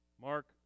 Mark